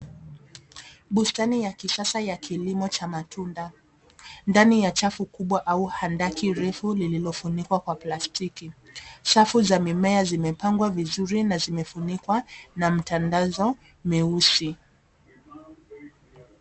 Bustani ya kisasa ya kilimo cha matunda, ndani ya chafu kubwa au handaki refu lililofunikwa kwa plastiki. Safu za mimea zimepangwa vizuri, na zimefunikwa na mtandazo meusi.